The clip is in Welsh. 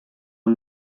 yng